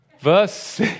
Verse